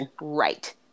right